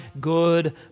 good